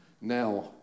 Now